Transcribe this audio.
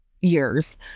years